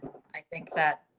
i think that.